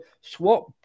swap